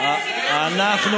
ביום כזה, שנאת חינם.